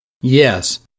Yes